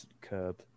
curb